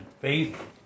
Faith